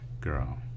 girl